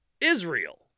Israel